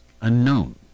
unknown